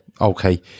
okay